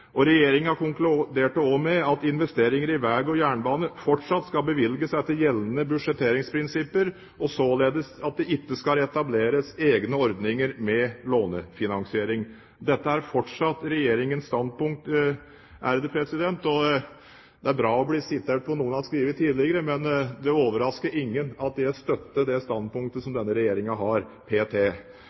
at investeringer i veg og jernbane fortsatt skal bevilges etter gjeldende budsjetteringsprinsipper, og at det således ikke skal etableres egne ordninger med lånefinansiering. Dette er fortsatt Regjeringens standpunkt. Det er bra å bli sitert på noe av det en har skrevet tidligere, men det overrasker ingen at jeg støtter det standpunktet som denne regjeringen har,